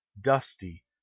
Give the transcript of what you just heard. dusty